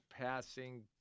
passing